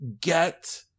get